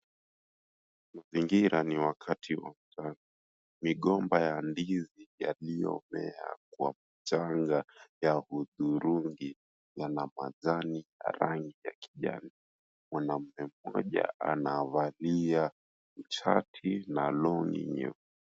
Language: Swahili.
Mazingira ni wakati wa mazao, migomba ya ndizi iliyomea kwa mchanga ya hudhurungi yana majani rangi ya kijani. Mwanaume mmoja anavalia shati na longi nyeupe.